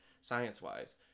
science-wise